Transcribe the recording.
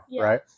right